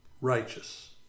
righteous